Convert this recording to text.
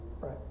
right